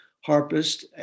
harpist